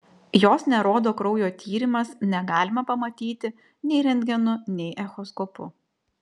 jos nerodo kraujo tyrimas negalima pamatyti nei rentgenu nei echoskopu